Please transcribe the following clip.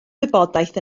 wybodaeth